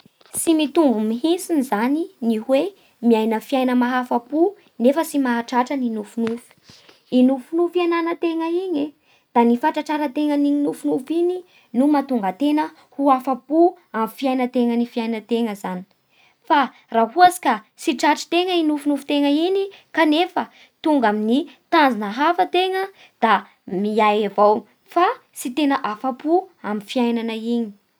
Tsy mitovy mihintsiny zany ny hoe miaina fiaina mahafa-po nefa tsy mahatratra ny nofinofy, i nofinofy anagna tegna iny e da ny fanatratraratena an'iny nofinofy iny no mahatonga antegna ho afa-po amin'ny fiainantegna ny fiaignatena fa raha hoatsy ka tsy tratritena iny nofinofitegna iny, kanefa tonga amin'ny tanjona hafa tegna da miay avao fa tsy tegna afa-po amin'ny fiaignana iny.